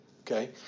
okay